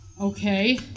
Okay